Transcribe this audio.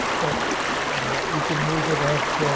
but you can move it at